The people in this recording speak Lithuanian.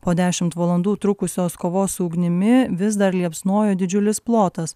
po dešimt valandų trukusios kovos su ugnimi vis dar liepsnojo didžiulis plotas